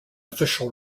official